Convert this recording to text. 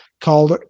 called